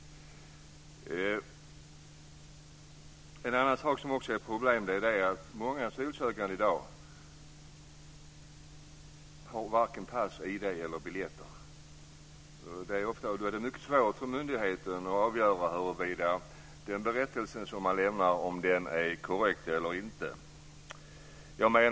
Ett annat problem är att många asylsökande i dag varken har pass, ID-handlingar eller biljetter. Då är det mycket svårt för myndigheten att avgöra huruvida den berättelse de lämnar är korrekt eller inte.